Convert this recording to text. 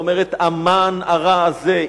ואומרת: "המן הרע הזה".